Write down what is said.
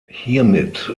hiermit